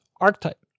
archetype